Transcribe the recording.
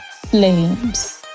flames